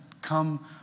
come